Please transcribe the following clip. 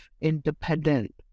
independent